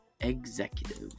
executive